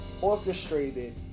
orchestrated